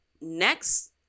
next